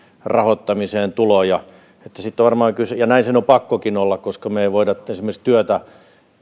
rahoittamiseen tuloja ja näin sen on pakkokin olla koska me emme voi esimerkiksi työtä